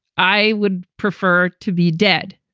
i would prefer to be dead.